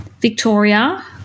Victoria